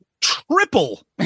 triple